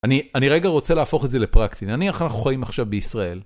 אני אני רגע רוצה להפוך את זה לפרקטי, נניח אנחנו חיים עכשיו בישראל.